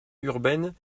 urbaine